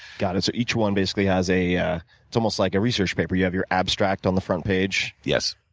got it. so each one basically has a a it's almost like a research paper. you have your abstract on the front page. yes.